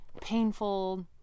painful